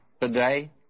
today